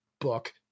book